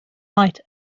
light